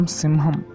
simham